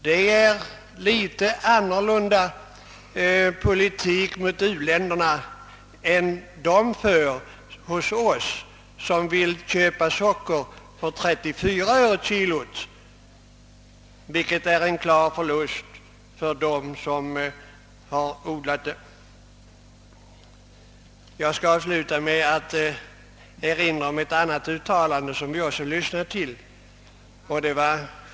Det är en annan politik mot u-länderna än de förordar som vill att vi skall köpa socker för 34 öre kilot, vilket innebär en klar förlust för odlarlandet. Jag skall sluta med att erinra om ett annat uttalande.